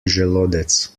želodec